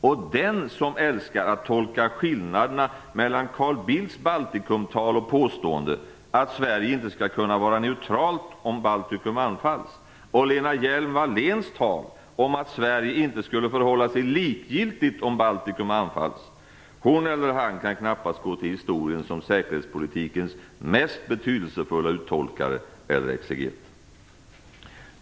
Och den som älskar att tolka skillnaderna mellan Carl Bildts Baltikumtal och påstående att Sverige inte skall kunna vara neutralt om Baltikum anfalls och Lena Hjelm-Walléns tal om att Sverige inte skulle förhålla sig likgiltigt om Baltikum anfalls, hon eller han kan knappast gå till historien som säkerhetspolitikens mest betydelsefulla uttolkare eller exeget.